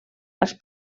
als